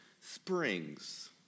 springs